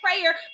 prayer